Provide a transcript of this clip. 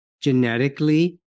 genetically